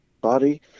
body